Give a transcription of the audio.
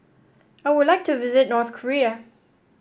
I would like to visit North Korea